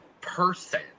person